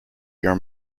your